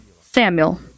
Samuel